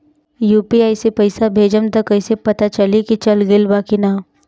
UPI से पइसा भेजम त कइसे पता चलि की चल गेल बा की न?